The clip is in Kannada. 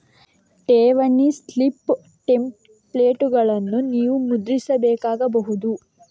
ಠೇವಣಿ ಸ್ಲಿಪ್ ಟೆಂಪ್ಲೇಟುಗಳನ್ನು ನೀವು ಮುದ್ರಿಸಬೇಕಾಗಬಹುದು